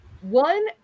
One